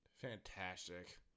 Fantastic